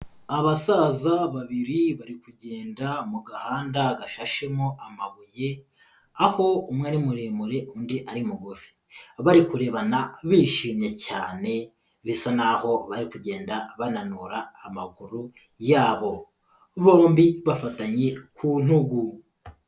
Abasaza babiri bari kugenda mu gahanda gashashemo amabuye, aho umwe ari muremure undi ari mugufi bari kurebana bishimye cyane bisa n'aho bari kugenda bananura amaguru yabo, bombi bafatanye ku ntugu.